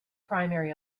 primary